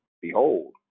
behold